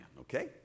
okay